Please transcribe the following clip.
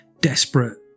desperate